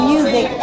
Music